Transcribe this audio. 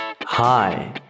Hi